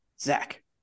Zach